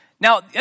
Now